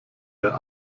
der